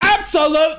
Absolute